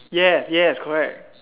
yes yes correct